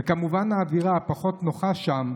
וכמובן האווירה הפחות נוחה שם,